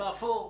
באפור,